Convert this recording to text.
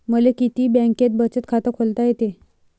मले किती बँकेत बचत खात खोलता येते?